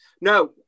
no